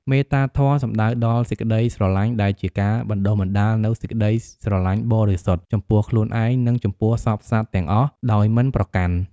មេត្តាធម៌ សំដៅដល់សេចក្តីស្រឡាញ់ ដែលជាការបណ្ដុះបណ្ដាលនូវសេចក្ដីស្រឡាញ់បរិសុទ្ធ ចំពោះខ្លួនឯង និងចំពោះសព្វសត្វទាំងអស់ ដោយមិនប្រកាន់។